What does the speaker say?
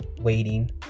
waiting